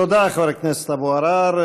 תודה, חבר הכנסת אבו עראר.